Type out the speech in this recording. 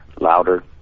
Louder